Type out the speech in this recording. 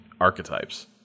archetypes